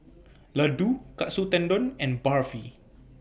Ladoo Katsu Tendon and Barfi